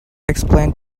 explain